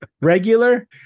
regular